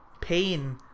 pain